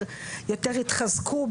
יותר יתחזקו,